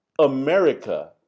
America